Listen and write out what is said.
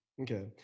Okay